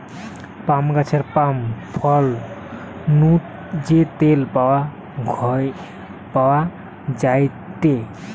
পাম গাছের পাম ফল নু যে তেল পাওয়া যায়টে